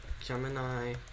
Gemini